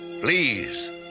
please